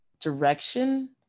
direction